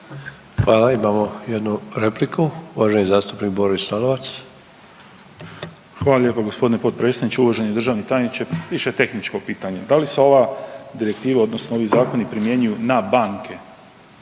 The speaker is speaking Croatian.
Hvala. Imamo jednu repliku, uvaženi zastupnik Boris Lalovac. **Lalovac, Boris (SDP)** Hvala lijepo g. potpredsjedniče. Uvaženi državni tajniče, više je tehničko pitanje. Da li se ova direktiva odnosno ovi zakoni primjenjuju na banke?